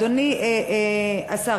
אדוני השר,